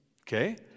Okay